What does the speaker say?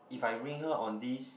if I ring her on this